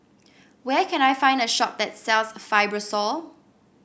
where can I find a shop that sells Fibrosol